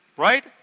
Right